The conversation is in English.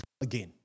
again